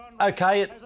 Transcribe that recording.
okay